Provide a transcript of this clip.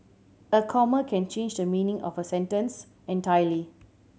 a comma can change the meaning of a sentence entirely